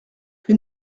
que